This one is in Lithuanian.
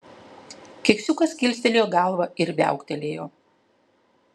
keksiukas kilstelėjo galvą ir viauktelėjo